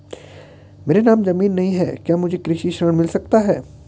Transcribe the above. मेरे नाम ज़मीन नहीं है क्या मुझे कृषि ऋण मिल सकता है?